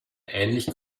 ähnlich